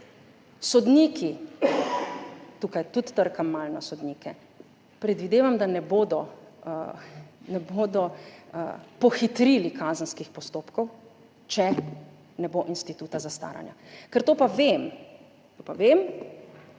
Sodniki, tukaj tudi trkam malo na sodnike, predvidevam, da ne bodo pohitrili kazenskih postopkov, če ne bo instituta zastaranja. Ker to pa vem,